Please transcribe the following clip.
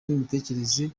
n’imitekerereze